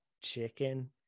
chicken